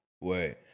wait